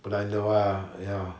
不然的话 ah you know